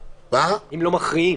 מכריעים.